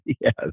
Yes